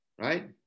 Right